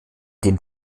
den